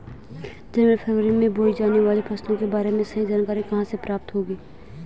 जनवरी फरवरी में बोई जाने वाली फसलों के बारे में सही जानकारी कहाँ से प्राप्त होगी?